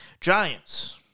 Giants